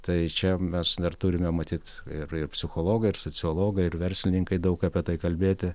tai čia mes dar turime matyt ir ir psichologą ir sociologą ir verslininkai daug apie tai kalbėti